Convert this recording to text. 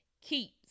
keeps